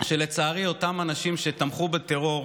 שלצערי אותם אנשים שתמכו בטרור,